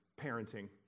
parenting